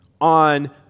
on